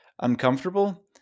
uncomfortable